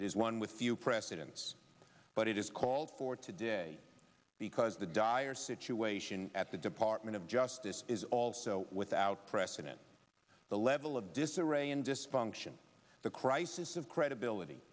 it is one with few precedents but it is called for today because the dire situation at the department of justice is also without precedent the level of disarray and dysfunction the crisis of credibility